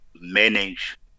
manage